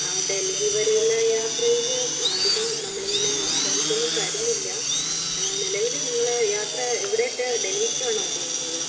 ആ ഡെൽഹി വരെ ഉള്ള യാത്രയിൽ അധികം നമ്മളിങ്ങനെ ഇൻഷൊറൻസൊന്നും തരുന്നില്ല നിലവില് നിങ്ങള് യാത്ര എവിടേക്കാണ് ഡെൽഹിയ്ക്കാണൊ ചെയ്യുന്നത്